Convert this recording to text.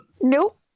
Nope